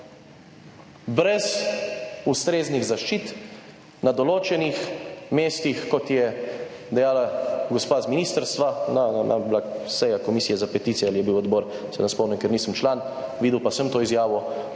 Brez ustreznih zaščit na določenih mestih, kot je dejala gospa z ministrstva, na…, je bila seja Komisije za peticije, ali je bil odbor, se ne spomnim, ker nisem član, videl pa sem to izjavo,